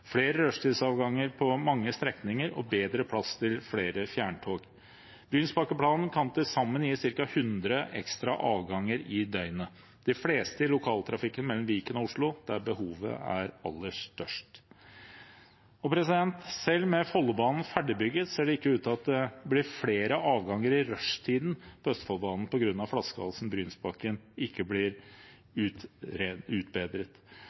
flere rushtidsavganger på mange strekninger og bedre plass til flere fjerntog. Brynsbakkeplanen kan til sammen gi ca. 100 ekstra avganger i døgnet, de fleste i lokaltrafikken mellom Viken og Oslo, der behovet er aller størst. Selv med Follobanen ferdigbygd ser det ikke ut til at det blir flere avganger i rushtiden på Østfoldbanen, fordi flaskehalsen Brynsbakken ikke blir utbedret.